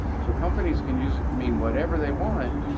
so companies can use it to mean whatever they want,